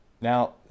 Now